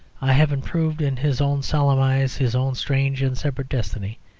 i have improved in his own solemn eyes his own strange and separate destiny,